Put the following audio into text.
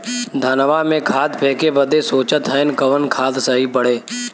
धनवा में खाद फेंके बदे सोचत हैन कवन खाद सही पड़े?